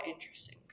interesting